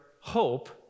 hope